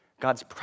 God's